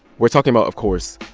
we're talking about, of course,